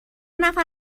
نفر